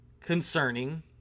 concerning